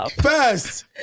First